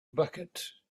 bucket